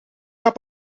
heb